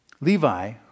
Levi